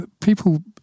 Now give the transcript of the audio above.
people